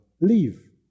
Leave